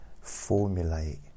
formulate